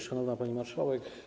Szanowna Pani Marszałek!